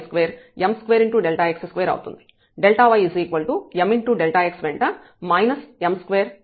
ymΔx వెంట m2 2m1m232 దీనికి exponent 32 ఉంది